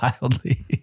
Wildly